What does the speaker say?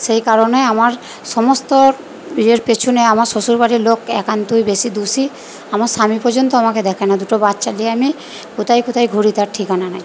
সেই কারণে আমার সমস্ত ইয়ের পেছনে আমার শ্বশুর বাড়ির লোক একান্তই বেশি দোষী আমার স্বামী পর্যন্ত আমাকে দেখে না দুটো বাচ্চা নিয়ে আমি কোথায় কোথায় ঘুরি তার ঠিকানা নেই